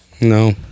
no